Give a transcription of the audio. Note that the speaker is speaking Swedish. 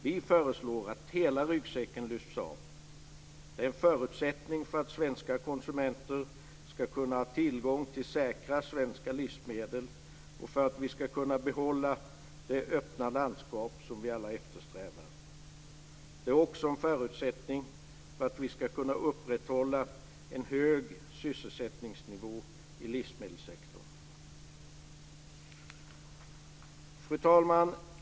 Vi föreslår att hela ryggsäcken lyfts av. Det är en förutsättning för att svenska konsumenter ska kunna ha tillgång till säkra svenska livsmedel och för att vi ska kunna behålla det öppna landskap som vi alla eftersträvar. Det är också en förutsättning för att vi ska kunna upprätthålla en hög sysselsättningsnivå i livsmedelssektorn. Fru talman!